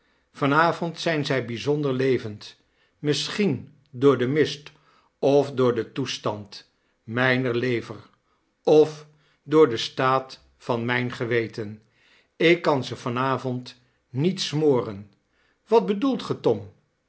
avond zyn zy byzonder levend misschien door den mist of door den toestand myner lever of door den staat van mijn geweten ik kan ze van avond niet smoren wat bedoelt gij tom